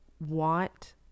want